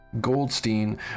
Goldstein